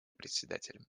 председателем